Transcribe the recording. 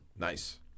Nice